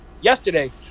yesterday